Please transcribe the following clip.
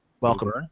Welcome